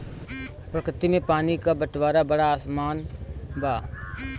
प्रकृति में पानी क बंटवारा बड़ा असमान बा